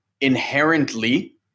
inherently